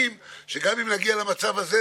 זאת רגל אחת.